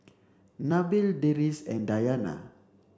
Nabil Deris and Dayana